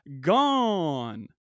gone